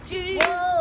Jesus